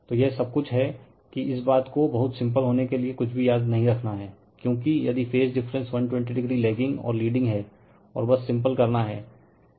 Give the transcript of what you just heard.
तो यह सब कुछ है कि इस बात को बहुत सिंपल होने के लिए कुछ भी याद नही रखना हैं क्योंकि यदि फेज डिफरेंस 120o लेग्गिंग और लीडिंग है और बस सिंपल करना हैं